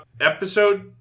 episode